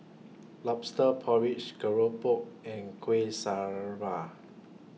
Lobster Porridge Keropok and Kueh Syara